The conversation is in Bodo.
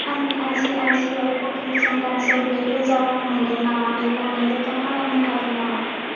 आंनि आइसिआइसिआइ पकेट्सजों दासो ब्रैरोजा रां मोनदों नामा बेखौ नों रोखा खालामनो हागोन नामा